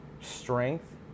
strength